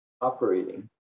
operating